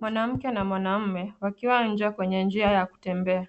Mwanamke na mwanaume wakiwa nje kwenye njia ya kutembea.